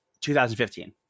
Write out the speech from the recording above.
2015